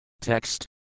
Text